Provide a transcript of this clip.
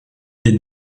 des